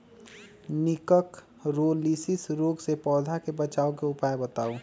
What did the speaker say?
निककरोलीसिस रोग से पौधा के बचाव के उपाय बताऊ?